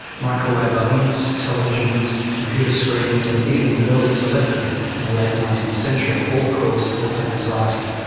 microwave ovens, televisions, computer screens, and even early telephony in the late nineteenth century all caused health anxiety.